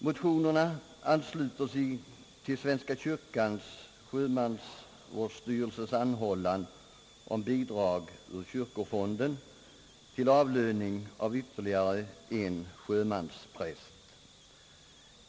Motionerna ansluter sig till Svenska kyrkans sjömansvårdsstyrelses anhållan om bidrag ur kyrkofonden till avlöning åt ytterligare en sjömanspräst.